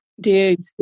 dude